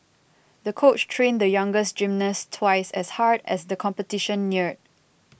the coach trained the young gymnast twice as hard as the competition neared